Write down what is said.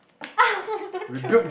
!ow! don't throw it